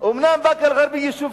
אני מבאקה.